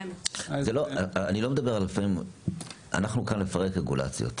אנחנו כאן כדי לפרק רגולציות.